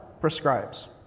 prescribes